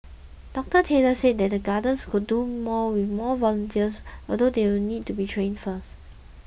Doctor Taylor said that Gardens could do more with more volunteers although they will need to be trained first